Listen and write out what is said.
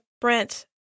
Brent